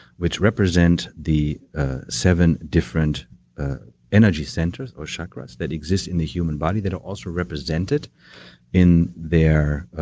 which represent the seven different energy centers or chakras that exist in the human body that are also represented in their